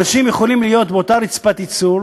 אנשים יכולים באותה רצפת ייצור,